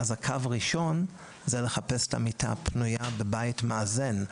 הקו הראשון זה לחפש את המיטה הפנויה בבית מאזן,